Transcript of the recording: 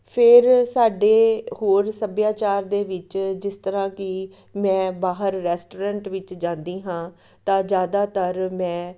ਫਿਰ ਸਾਡੇ ਹੋਰ ਸੱਭਿਆਚਾਰ ਦੇ ਵਿੱਚ ਜਿਸ ਤਰ੍ਹਾਂ ਕਿ ਮੈਂ ਬਾਹਰ ਰੈਸਟੋਰੈਂਟ ਵਿੱਚ ਜਾਂਦੀ ਹਾਂ ਤਾਂ ਜ਼ਿਆਦਾਤਰ ਮੈਂ